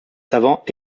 savants